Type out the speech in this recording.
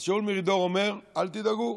אז שאול מרידור אומר: אל תדאגו,